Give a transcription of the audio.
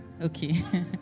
Okay